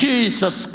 Jesus